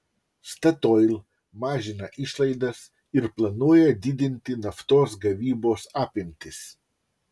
statoil mažina išlaidas ir planuoja didinti naftos gavybos apimtis